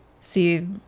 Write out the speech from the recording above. see